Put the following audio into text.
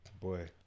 Boy